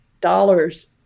dollars